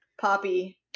poppy